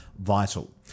vital